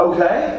Okay